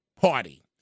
party